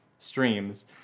streams